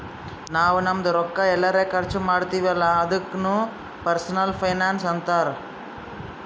ನಾವ್ ನಮ್ದು ರೊಕ್ಕಾ ಎಲ್ಲರೆ ಖರ್ಚ ಮಾಡ್ತಿವಿ ಅಲ್ಲ ಅದುಕ್ನು ಪರ್ಸನಲ್ ಫೈನಾನ್ಸ್ ಅಂತಾರ್